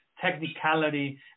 technicality